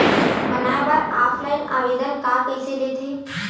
बनाये बर ऑफलाइन आवेदन का कइसे दे थे?